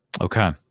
Okay